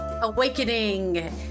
awakening